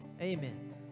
amen